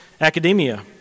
academia